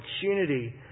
opportunity